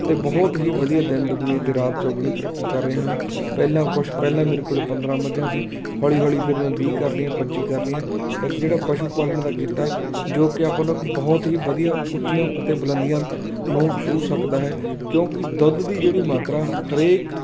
ਅਤੇ ਬਹੁਤ ਹੀ ਵਧੀਆ ਦਿਨ ਦੁੱਗਣੀ ਅਤੇ ਰਾਤ ਚੌਗਣੀ ਤਰੱਕੀ ਕਰ ਰਿਹਾ ਪਹਿਲਾਂ ਕੁਛ ਪਹਿਲਾਂ ਮੇਰੇ ਕੋਲ ਪੰਦਰ੍ਹਾਂ ਮੱਝਾਂ ਸੀ ਹੌਲੀ ਹੌਲੀ ਫਿਰ ਮੈਂ ਵੀਹ ਕਰ ਲਈਆਂ ਪੱਚੀ ਕਰ ਲਈਆਂ ਇੱਕ ਜਿਹੜਾ ਪਸ਼ੂ ਪਾਲਣ ਦਾ ਕਿੱਤਾ ਜੋ ਕਿ ਆਪਾਂ ਨੂੰ ਇੱਕ ਬਹੁਤ ਹੀ ਵਧੀਆ ਉੱਚੀਆਂ ਅਤੇ ਬੁਲੰਦੀਆਂ ਨੂੰ ਛੂਹ ਸਕਦਾ ਹੈ ਕਿਉਂਕਿ ਦੁੱਧ ਦੀ ਜਿਹੜੀ ਮਾਤਰਾ ਹਰੇਕ